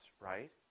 right